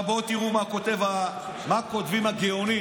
עכשיו בואו תראו מה כותבים הגאונים,